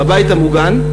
בבית המוגן,